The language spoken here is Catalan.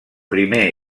primer